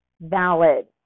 valid